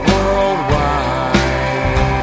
Worldwide